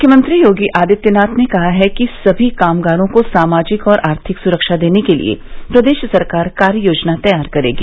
मुख्यमंत्री योगी आदित्यनाथ ने कहा है कि सभी कामगारों को सामाजिक और आर्थिक सुरक्षा देने के लिये प्रदेश सरकार कार्ययोजना तैयार करेगी